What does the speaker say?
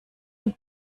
und